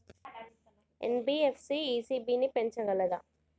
NBFC ECB ని పెంచగలదా?